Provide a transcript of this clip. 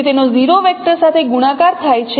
તેથી તેનો 0 વેક્ટર સાથે ગુણાકાર થાય છે